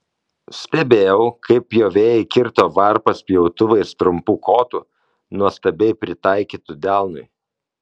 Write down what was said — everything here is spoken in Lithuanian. stebėjau kaip pjovėjai kirto varpas pjautuvais trumpu kotu nuostabiai pritaikytu delnui